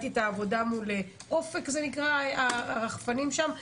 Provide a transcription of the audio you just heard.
העבודה מול הרחפנים אופק.